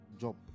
job